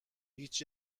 هیچ